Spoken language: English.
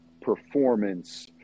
performance